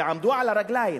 ועמדו על הרגליים,